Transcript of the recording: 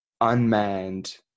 unmanned